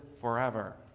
forever